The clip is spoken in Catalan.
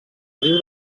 riu